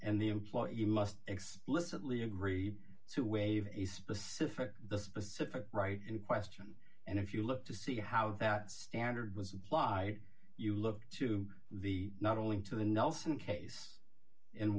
and the employee must explicitly agree to waive a specific the specific right in question and if you look to see how that standard was applied you look to the not only into the nelson case in